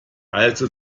also